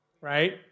right